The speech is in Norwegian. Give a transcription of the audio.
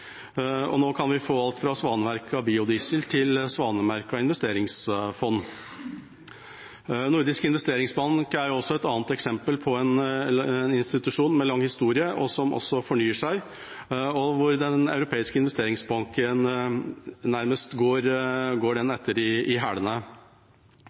Og nå kan vi få alt fra svanemerket biodiesel til svanemerket investeringsfond. Nordisk investeringsbank er et annet eksempel på en institusjon med lang historie, som også fornyer seg, hvor Den europeiske investeringsbanken nærmest går den